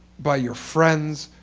by your friends,